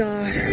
God